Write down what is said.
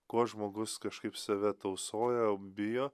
kuo žmogus kažkaip save tausoja bijo